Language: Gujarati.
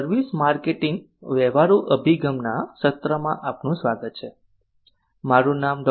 સર્વિસ માર્કેટિંગ વ્યવહારુ અભિગમના સત્રમાં આપનું સ્વાગત છે મારું નામ ડો